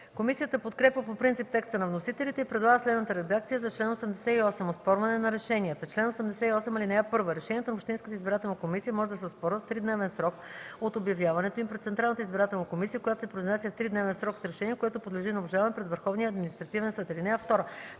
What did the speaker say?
Комисията подкрепя по принцип текста на вносителите и предлага следната редакция за чл. 88: „Оспорване на решенията Чл. 88. (1) Решенията на общинската избирателна комисия може да се оспорват в тридневен срок от обявяването им пред Централната избирателна комисия, която се произнася в тридневен срок с решение, което подлежи на обжалване пред Върховния административен съд.